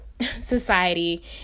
society